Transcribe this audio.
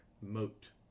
moat